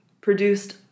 produced